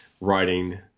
writing